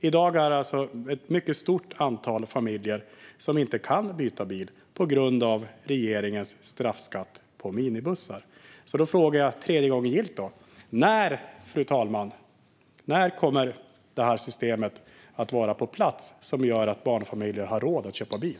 I dag är det ett mycket stort antal familjer som inte kan byta bil på grund av regeringens straffskatt på minibussar. Fru talman! Jag frågar - tredje gången gillt: När kommer det systemet att vara på plats, som gör att barnfamiljer har råd att köpa bil?